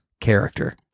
character